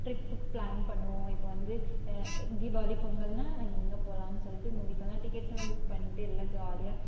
டிரிப்புக்கு plan பண்ணுவோம் இப்போது வந்து தீபாவளி பொங்கல்னா நாங்கள் எங்கே போகலான்னு சொல்லிட்டு மூவிக்கெல்லாம் டிக்கெட்ஸெல்லாம் புக் பண்ணிட்டு எல்லாம் ஜாலியாக